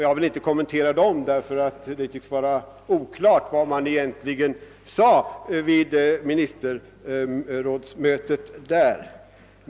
Jag vill inte kommentera dem, eftersom det tycks vara oklart vad man egentligen sade vid ministerrådsmötet där.